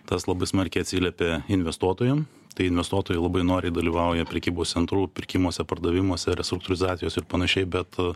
tas labai smarkiai atsiliepė investuotojam tai investuotojai labai noriai dalyvauja prekybos centrų pirkimuose pardavimuose restruktūrizacijose ir panašiai bet